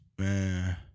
Man